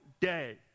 day